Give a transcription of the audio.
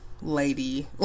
lady